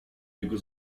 jego